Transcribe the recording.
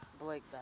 Blake